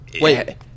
Wait